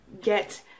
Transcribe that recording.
get